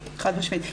חד משמעית.